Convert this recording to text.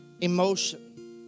emotion